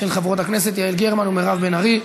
של חברות הכנסת יעל גרמן ומירב בן ארי.